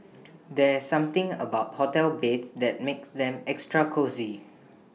there's something about hotel beds that makes them extra cosy